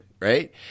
right